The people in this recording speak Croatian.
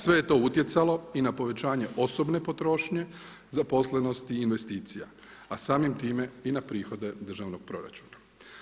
Sve je to utjecalo i na povećanje osobne potrošnje zaposlenoga i investicija, a samim time i na prihode državnog proračuna.